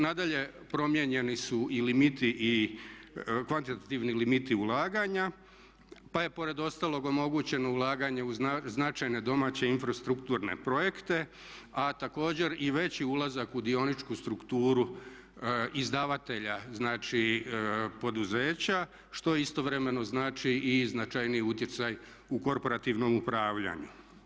Nadalje, promijenjeni su i limiti i kvantitativni limiti ulaganja, pa je pored ostalog omogućeno ulaganje u značajne domaće i infrastrukturne projekte, a također i veći ulazak u dioničku strukturu izdavatelja, znači poduzeća što istovremeno znači i značajniji utjecaj u korporativnom upravljanju.